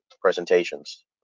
presentations